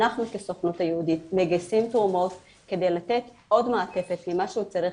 אנחנו כסוכנות היהודית מגייסים תרומות כדי לתת עוד מעטפת אם משהו צריך,